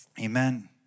Amen